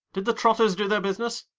did the trotters do their business?